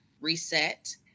reset